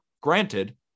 granted